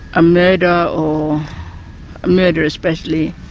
a murder or a murder especially,